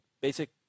basic